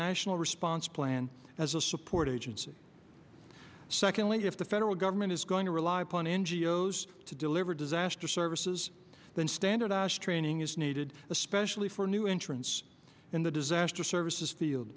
national response plan as a support agency secondly if the federal government is going to rely upon n g o s to deliver disaster services than standardize training is needed especially for new entrants in the disaster services field